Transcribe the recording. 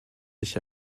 dich